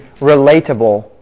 relatable